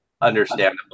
Understandable